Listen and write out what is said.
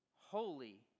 holy